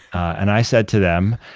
and i said to them,